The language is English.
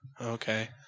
Okay